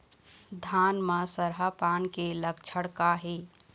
धान म सरहा पान के लक्षण का हे?